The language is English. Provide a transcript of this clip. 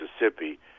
Mississippi